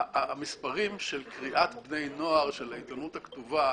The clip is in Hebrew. המספרים של קריאת בני נוער של העיתונות הכתובה